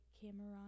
Cameron